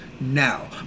now